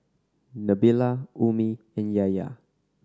Nabila Ummi and Yahya